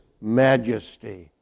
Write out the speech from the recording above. majesty